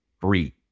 free